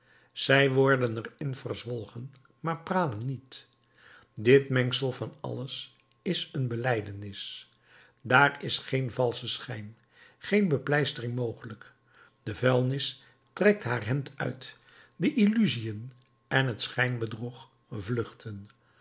zij worden er in verzwolgen maar pralen er dit mengsel van alles is een belijdenis dààr is geen valsche schijn geen bepleistering mogelijk de vuilnis trekt haar hemd uit de illusiën en het schijnbedrog vluchten